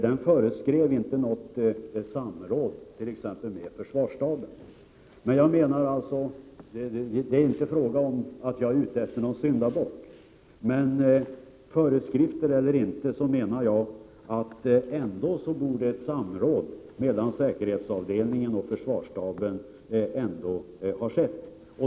Där föreskrevs t.ex. inte något samråd med försvarsstaben. Men = Berglingfallet oavsett om det fanns föreskrifter eller inte, borde ett samråd mellan säkerhetsavdelningen och försvarsstaben ändå ha skett.